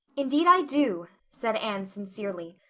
indeed i do, said anne sincerely.